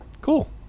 Cool